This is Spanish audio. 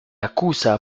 acusa